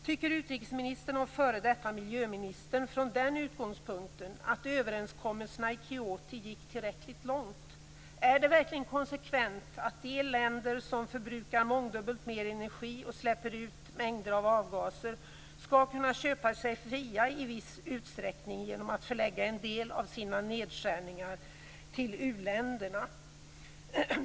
Tycker utrikesministern och f.d. miljöministern från den utgångspunkten att överenskommelserna i Kyoto gick tillräckligt långt? Är det verkligen konsekvent att de länder som förbrukar mångdubbelt mer energi och släpper ut mängder av avgaser skall kunna köpa sig fria i viss utsträckning genom att förlägga en del av sina nedskärningar till u-länderna?